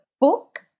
book